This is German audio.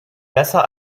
besser